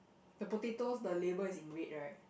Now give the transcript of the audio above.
the potatoes the label is in red right